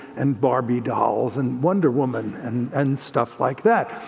and barbie dolls, and wonder woman and and stuff like that.